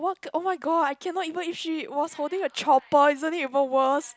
wha~ oh my god I cannot even if she was holding a chopper isn't it even worst